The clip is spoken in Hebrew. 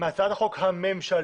מהצעת החוק הממשלתית,